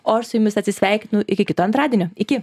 o aš su jumis atsisveikinu iki kito antradienio iki